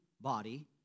body